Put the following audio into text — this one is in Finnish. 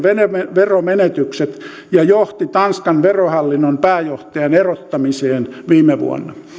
veromenetykset ja johti tanskan verohallinnon pääjohtajan erottamiseen viime vuonna